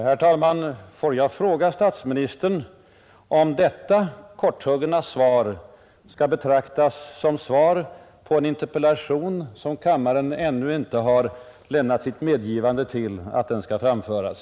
Herr talman! Får jag fråga statsministern om detta korthuggna svar skall betraktas som svar på en interpellation som kammaren ännu inte har lämnat sitt medgivande till att den får framställas.